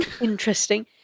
interesting